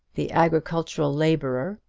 the agricultural labourer,